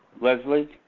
Leslie